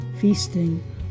feasting